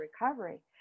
recovery